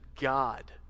God